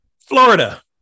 florida